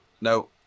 No